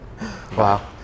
Wow